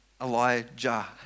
Elijah